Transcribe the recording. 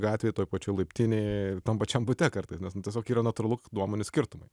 gatvėj toj pačioj laiptinėj tam pačiam bute kartais nes tiesiog yra natūralu kad nuomonių skirtumai